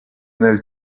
nel